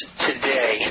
today